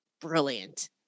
brilliant